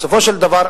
בסופו של דבר,